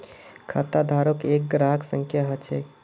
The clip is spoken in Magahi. खाताधारकेर एक ग्राहक संख्या ह छ